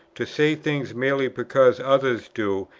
to say things merely because others do,